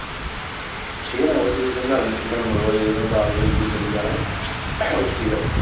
ठीक ऐ ना उसी नर्म नर्म रवै जेह्दे कन्नै दाल जल्दी गली जा है ना उस चीज आस्तै